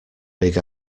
big